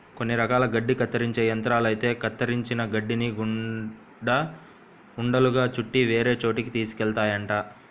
కొన్ని రకాల గడ్డి కత్తిరించే యంత్రాలైతే కత్తిరించిన గడ్డిని గూడా ఉండలుగా చుట్టి వేరే చోటకి తీసుకెళ్తాయంట